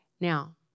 Now